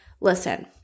listen